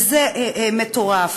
זה מטורף.